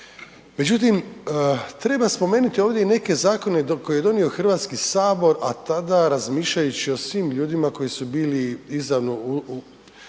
Međutim, treba spomenuti ovdje i neke zakone koje je donio HS, a tada, razmišljajući o svim ljudima koji su bili izravno